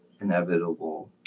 inevitable